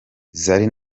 zari